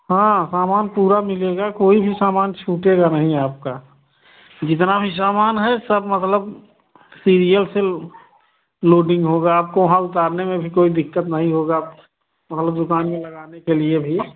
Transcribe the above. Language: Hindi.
हाँ सामान पूरा मिलेगा कोई भी सामान छूटेगा नहीं आपका जितना भी सामान है सब मतलब सीरियल से लोडिंग होगा आपको वहाँ उतारने में भी कोई दिक्कत नहीं होगा मतलब दुकान में लगाना के लिए भी